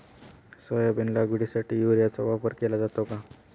Soybean लागवडीसाठी युरियाचा वापर केला जातो का?